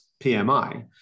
PMI